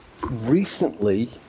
recently